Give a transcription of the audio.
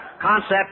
Concept